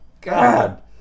god